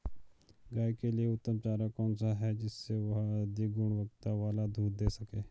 गाय के लिए उत्तम चारा कौन सा है जिससे वह अधिक गुणवत्ता वाला दूध दें सके?